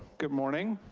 good morning.